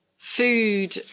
food